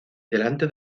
delante